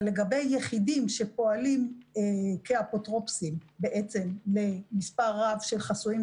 אבל לגבי יחידים שפועלים כאפוטרופוסים למספר רב של חסויים,